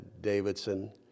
Davidson